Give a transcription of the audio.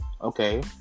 Okay